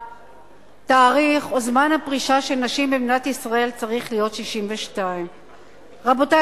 האם התאריך או זמן הפרישה של נשים במדינת ישראל צריך להיות 62. רבותי,